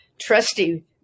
trusty